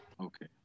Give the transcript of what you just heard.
Okay